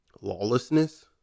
lawlessness